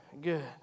Good